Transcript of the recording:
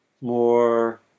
more